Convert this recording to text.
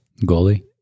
Goalie